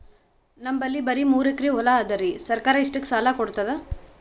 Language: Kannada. ನಮ್ ಬಲ್ಲಿ ಬರಿ ಮೂರೆಕರಿ ಹೊಲಾ ಅದರಿ, ಸರ್ಕಾರ ಇಷ್ಟಕ್ಕ ಸಾಲಾ ಕೊಡತದಾ?